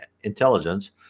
intelligence